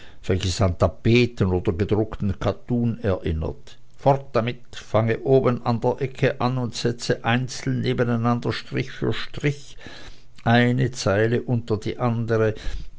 an tapeten oder gedruckten kattun erinnert fort damit fange oben an der ecke an und setze einzeln nebeneinander strich für strich eine zeile unter die andere